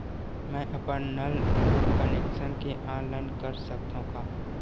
मैं अपन नल कनेक्शन के ऑनलाइन कर सकथव का?